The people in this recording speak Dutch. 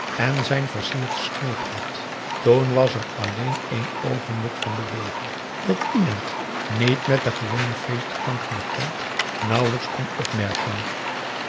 en zijn versierd knoopsgat toen was er alleen één oogenblik van beweging dat iemand niet met de gewone feestklanken bekend nauwelijks kon opmerken